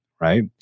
right